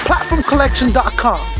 PlatformCollection.com